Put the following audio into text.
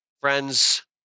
friends